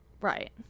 Right